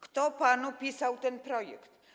Kto panu pisał ten projekt?